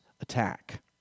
attack